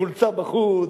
חולצה בחוץ,